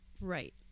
right